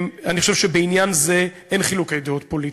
אני חושב שבעניין הזה אין חילוקי דעות פוליטיים.